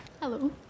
Hello